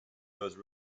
those